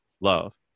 love